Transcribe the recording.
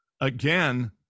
again